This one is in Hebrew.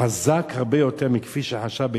חזק הרבה יותר מכפי שחשב בתחילה,